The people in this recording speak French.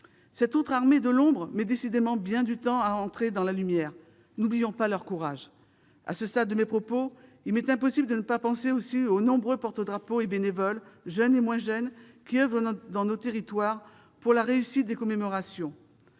Cette autre armée de l'ombre met décidément bien du temps à entrer dans la lumière ». N'oublions pas leur courage. À ce stade de mes propos, il m'est impossible de ne pas penser aux nombreux porte-drapeaux et bénévoles, jeunes et moins jeunes, qui oeuvrent dans nos territoires pour la réussite des commémorations.